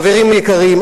חברים יקרים,